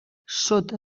sota